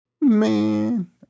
Man